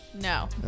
No